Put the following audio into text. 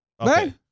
okay